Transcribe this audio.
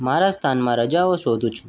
મારા સ્થાનમાં રજાઓ શોધું છું